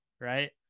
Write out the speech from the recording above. Right